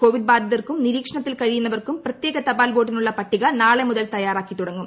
Covid ബാധിതർക്കും നിരീക്ഷണത്തിൽ കഴിയുന്നവർക്കും പ്രത്യേക തപാൽ വോട്ടിനുള്ള പട്ടിക നാളെ മുതൽ തയാറാക്കി തുടങ്ങും